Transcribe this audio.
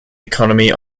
economy